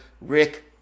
Rick